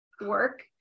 work